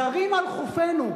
זרים על חופינו.